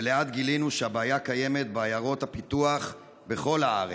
ולאט גילינו שהבעיה קיימת בעיירות הפיתוח בכל הארץ".